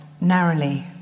narrowly